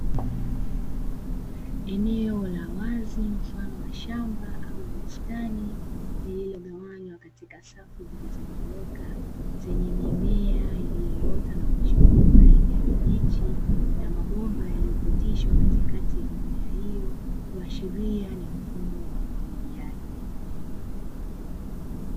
Eneo la wazi mfano wa shamba au bustani, lililogawanywa katika safu zilizonyooka zenye mimea iliyoota na kuchipua kwa rangi ya kibichi na mabomba yaliyopitishwa katikatika ya mimea hiyo, kuashiria ni mfumo wa umwagiliaji.